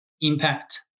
impact